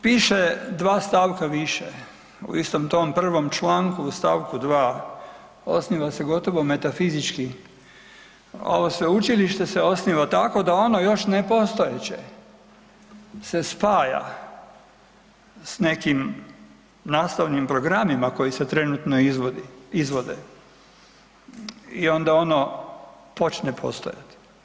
Piše dva stavka više, u istom tom prvom članku u st. 2. osniva se gotovo metafizički, ovo sveučilište se osniva tako da ono još nepostojeće se spaja s nekim nastavnim programima koji se trenutno izvodi, izvode i onda ono počne postojati.